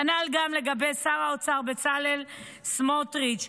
כנ"ל לגבי שר האוצר בצלאל סמוטריץ'